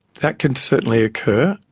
that can certainly occur,